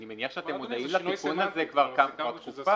אני מניח שאתם מודעים לתיקון הזה כבר תקופה.